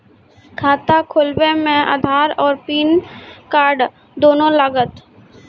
खाता खोलबे मे आधार और पेन कार्ड दोनों लागत?